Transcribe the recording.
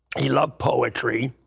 he loved poetry.